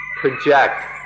project